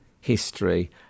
history